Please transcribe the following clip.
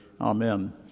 Amen